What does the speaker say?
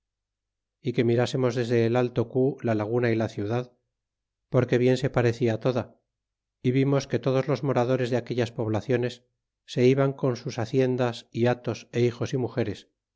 y que mirásemos desde el alto cu la laguna y la ciudad porque bien se parecia toda y vimos que todos los moradores de aquehas poblaciones se iban con sus haciendas y hatos é hijos y mugeres